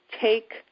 Take